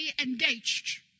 engaged